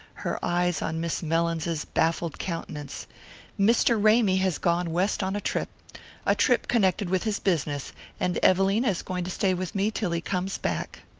her eyes on miss mellins's baffled countenance mr. ramy has gone west on a trip a trip connected with his business and evelina is going to stay with me till he comes back.